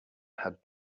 had